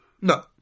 No